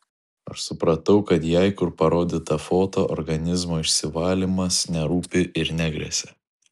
aš supratau kad jai kur parodyta foto organizmo išsivalymas nerūpi ir negresia